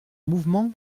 mouvement